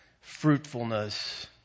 fruitfulness